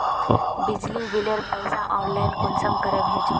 बिजली बिलेर पैसा ऑनलाइन कुंसम करे भेजुम?